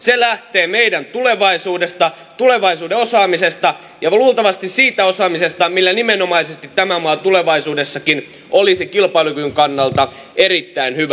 se lähtee meidän tulevaisuudesta tulevaisuuden osaamisesta ja luultavasti siitä osaamisesta millä nimenomaisesti tämä maa tulevaisuudessakin olisi kilpailukyvyn kannalta erittäin hyvä